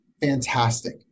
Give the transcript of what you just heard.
fantastic